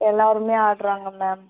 எல்லாருமே ஆடுறாங்க மேம்